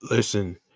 Listen